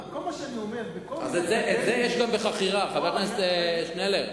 כל מה שאני אומר, חבר הכנסת שנלר,